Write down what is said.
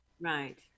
Right